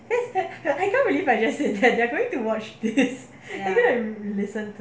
I can't believe I said that they are going to watch this they going to listen